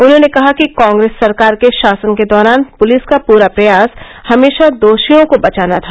उन्होंने कहा कि कांग्रेस सरकार के शासन के दौरान पुलिस का पूरा प्रयास हमेशा दोषियों को बचाना था